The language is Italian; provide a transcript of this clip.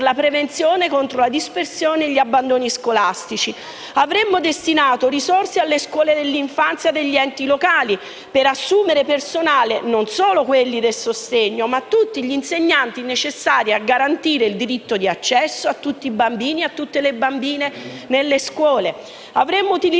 la prevenzione contro la dispersione e gli abbandoni scolastici. Avremmo destinato risorse alle scuole dell'infanzia degli enti locali, per assumere personale e non solo quelli del sostegno, ma tutti gli insegnanti necessari a garantire diritto di accesso a tutti i bambini e le bambine nelle scuole pubbliche. Avremmo utilizzato